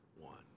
One